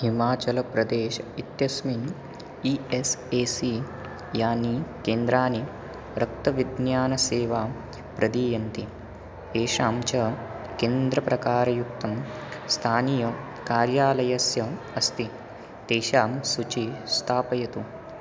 हिमाचलप्रदेश् इत्यस्मिन् E S A C यानि केन्द्राणि रक्तविज्ञानसेवां प्रदीयन्ते तेषां च केन्द्रप्रकारयुक्तं स्थानीयकार्यालयस्य अस्ति तेषां सूचीं स्थापयतु